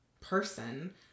person